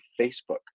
Facebook